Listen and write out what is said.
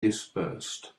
dispersed